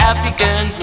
African